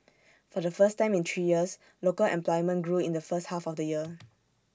for the first time in three years local employment grew in the first half of the year